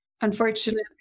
Unfortunately